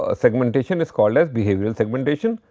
ah segmentation is called as behavioral segmentation.